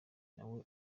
nawe